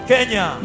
Kenya